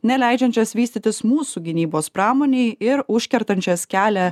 neleidžiančias vystytis mūsų gynybos pramonei ir užkertančias kelią